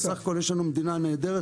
סך הכול יש לנו מדינה נהדרת,